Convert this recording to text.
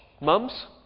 Mums